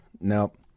Nope